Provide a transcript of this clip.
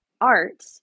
art